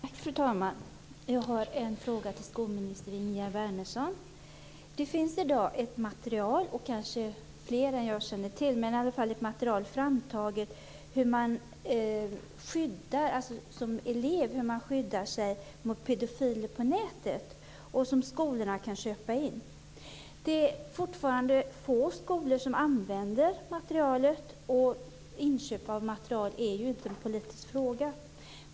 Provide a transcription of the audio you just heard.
Fru talman! Jag har en fråga till skolminister Ingegerd Wärnersson. Det finns i dag ett material, och kanske flera som jag inte känner till, framtaget om hur man skyddar sig som elev mot pedofiler på nätet. Detta kan skolorna köpa in. Det är fortfarande få skolor som använder materialet, och inköp av material är ju inte en politisk fråga.